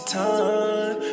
time